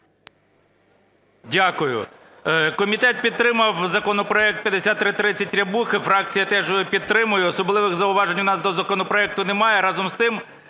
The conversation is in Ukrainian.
Дякую. Комітет підтримав законопроект 5330 Рябухи, фракція теж його підтримує, особливих зауважень у нас до законопроекту немає.